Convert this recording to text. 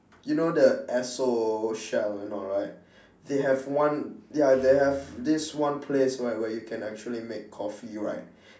you know the Esso Shell and all right they have one ya they have this one place where where you can actually make coffee right